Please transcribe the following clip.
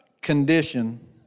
condition